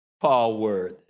forward